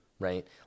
right